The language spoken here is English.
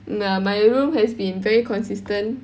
mm ya my room has been very consistent